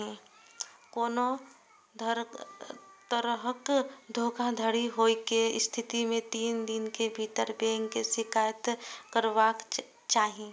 कोनो तरहक धोखाधड़ी होइ के स्थिति मे तीन दिन के भीतर बैंक के शिकायत करबाक चाही